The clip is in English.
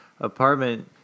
apartment